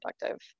productive